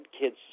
kids